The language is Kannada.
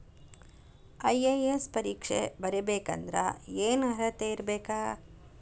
ಐ.ಎ.ಎಸ್ ಪರೇಕ್ಷೆ ಬರಿಬೆಕಂದ್ರ ಏನ್ ಅರ್ಹತೆ ಇರ್ಬೇಕ?